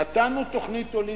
נתנו תוכנית הוליסטית,